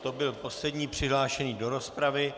To byl poslední přihlášený do rozpravy.